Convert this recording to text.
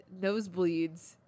nosebleeds